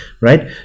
right